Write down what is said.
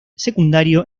secundario